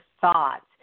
thoughts